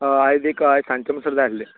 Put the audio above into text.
अं आयज एक अं आयज सांजचें म्हणसर जाय आसलें